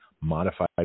modified